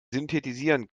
synthetisieren